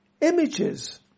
images